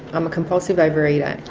i'm a compulsive overeater.